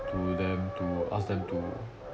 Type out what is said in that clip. to them to ask them to